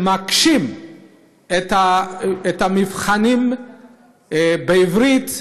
שמקשים במבחנים בעברית,